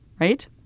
right